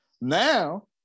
Now